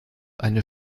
eine